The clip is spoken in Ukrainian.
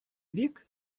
вік